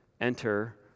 enter